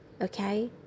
okay